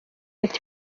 ati